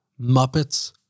Muppets